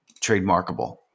trademarkable